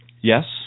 Yes